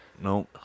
No